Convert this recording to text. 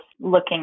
looking